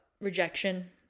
rejection